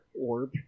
orb